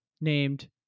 named